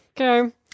Okay